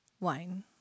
Wine